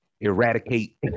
eradicate